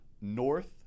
North